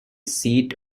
seat